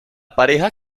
pareja